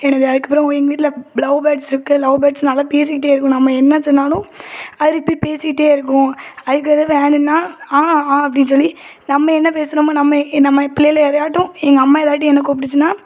எனது அதுக்கப்புறம் எங்கள் வீட்டில் லவ் பேர்ட்ஸ் இருக்குது லவ் பேர்ட்ஸ் நல்லா பேசிக்கிட்டே இருக்கும் நம்ம என்ன சொன்னாலும் அது ரிப்பீட் பேசிக்கிட்டே இருக்கும் அதுக்கு எதுவும் வேணுன்னால் ஆ ஆ அப்படின்னு சொல்லி நம்ம என்ன பேசினோமோ நம்ம எ நம்ம பிள்ளைகள யாரையாட்டும் எங்கள் அம்மா எதாட்டி என்னை கூப்பிட்டுச்சின்னா